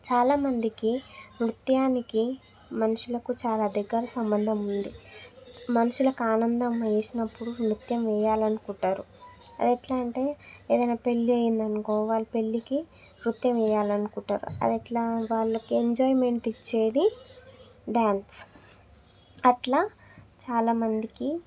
చాలా మందికి నృత్యానికి మనుషులకి చాలా దగ్గర సంబంధం ఉంది మనుషులకు ఆనందం వేసినప్పుడు నృత్యం వేయాలని అనుకుంటారు అది ఎట్లా అంటే ఏదైనా పెళ్ళి అయ్యింది అనుకో వాళ్ళ పెళ్ళికి నృత్యం వేయాలని అనుకుంటారు అది ఎట్లా వాళ్ళకి ఎంజాయ్మెంట్ ఇచ్చేది డ్యాన్స్ అట్లా చాలా మందికి